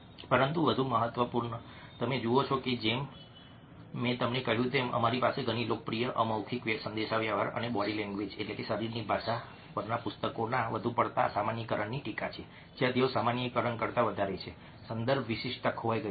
પરંતુ વધુ મહત્ત્વપૂર્ણ તમે જુઓ છો કે જેમ મેં તમને કહ્યું તેમ અમારી પાસે ઘણી લોકપ્રિય અમૌખિક સંદેશાવ્યવહાર અને બોડી લેંગ્વેજશરીરની ભાષાપુસ્તકોના વધુ પડતા સામાન્યીકરણની ટીકા છે જ્યાં તેઓ સામાન્યીકરણ કરતા વધારે છે સંદર્ભ વિશિષ્ટતા ખોવાઈ ગઈ છે